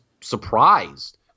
surprised